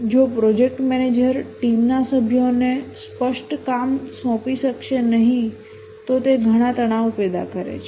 જો project manager ટીમના સભ્યોને સ્પષ્ટ કામ સોંપી શકશે નહીં તો તે ઘણાં તણાવ પેદા કરે છે